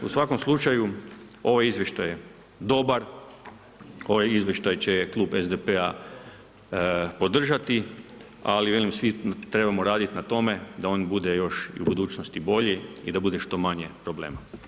U svakom slučaju, ovaj izvještaj je dobar, ovaj izvještaj će Klub SDP-a podržati, ali velim, svi trebamo raditi na tome, da on bude još u budućnosti bolji i da bude što manje problema.